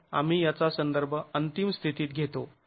तर आम्ही याचा संदर्भ अंतिम स्थितीत घेतो